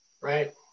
Right